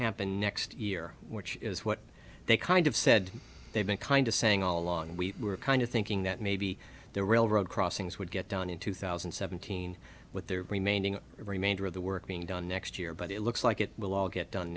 happen next year which is what they kind of said they've been kind of saying all along we were kind of thinking that maybe the railroad crossings would get down in two thousand and seventeen with their remaining remainder of the work being done next year but it looks like it will all get done